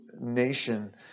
Nation